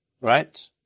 Right